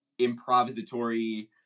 improvisatory